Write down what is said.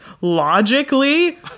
logically